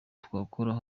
twakorera